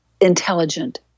intelligent